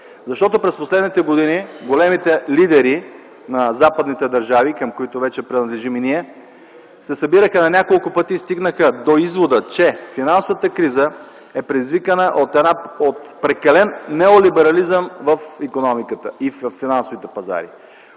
Защото през последните години големите лидери на западните държави, към които вече принадлежим и ние, се събираха на няколко пъти и стигнаха до извода, че финансовата криза е предизвикана от прекален неолиберализъм в икономиката и във финансовите пазари,